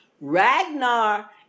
Ragnar